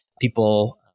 people